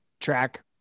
track